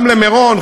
גם למירון,